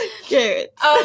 carrots